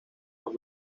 los